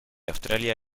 australia